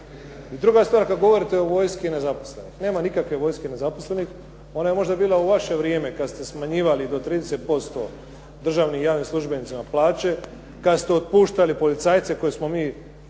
I druga stvar, kad govorite o vojsci nezaposlenih. Nema nikakve vojske nezaposlenih. Ona je možda bila u vaše vrijeme kad ste smanjivali do 30% državnim i javnim službenicima plaće, kad ste otpuštali policajce koje smo mi